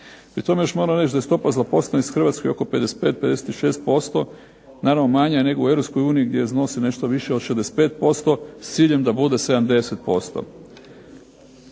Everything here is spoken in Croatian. Pri tome još moram reći da je stopa nezaposlenosti Hrvatske oko 55, 56% naravno manja nego u Europskoj uniji gdje iznosi nešto više od 65% s ciljem da bude 70%.